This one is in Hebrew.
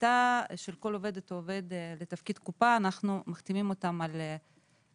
בקליטה של כל עובד או עובדת לתפקיד קופה אנחנו מחתימים אותם על נהלים,